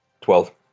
Twelve